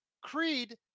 Creed